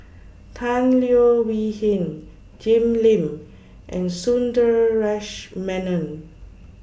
Tan Leo Wee Hin Jim Lim and Sundaresh Menon